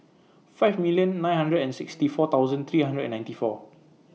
five million nine hundred and sixty four thousand three hundred and ninety four